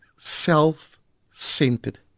Self-centered